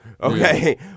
okay